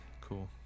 Cool